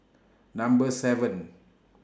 Number seven